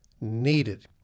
needed